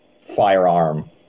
firearm